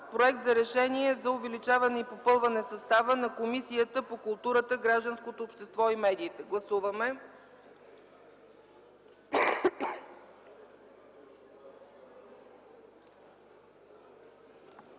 Проект за решение за увеличаване и попълване състава на Комисията по културата, гражданското общество и медиите. Гласували